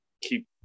keep